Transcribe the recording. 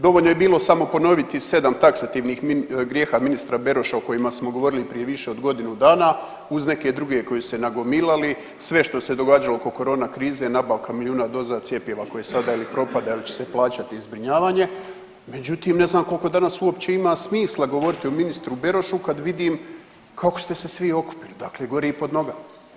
Dovoljno je bilo samo ponoviti sedam taksativnih grijeha ministra Beroša o kojima smo govorili prije više od godinu dana uz neke druge koji su se nagomilali, sve što se događalo oko korona krize, nabavka milijuna doza cjepiva koje sada propada ili će se plaćati zbrinjavanje, međutim ne znam koliko danas uopće ima smisla govoriti o ministru Berošu kad vidim kako ste se svi okupili, dakle gori pod nogama.